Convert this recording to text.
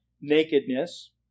nakedness